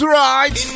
right